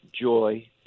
joy